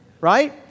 Right